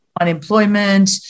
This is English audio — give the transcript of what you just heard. unemployment